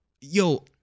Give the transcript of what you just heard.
yo